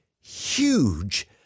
huge